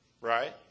Right